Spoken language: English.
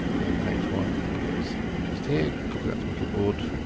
and the next one is just here. copy that to my clipboard,